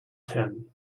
ten